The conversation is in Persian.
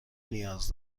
نیاز